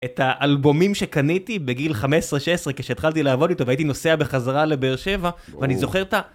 את האלבומים שקניתי בגיל 15-16 כשהתחלתי לעבוד איתו והייתי נוסע בחזרה לבאר שבע ואני זוכר את ה...